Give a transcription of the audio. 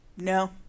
No